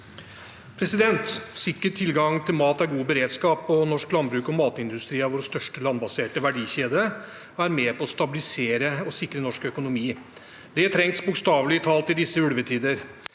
Sikker tilgang til mat er god beredskap. Norsk landbruk og matindustri er vår største landbaserte verdikjede og er med på å stabilisere og sikre norsk økonomi. Det trengs, bokstavelig talt, i disse ulvetider.